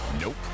Nope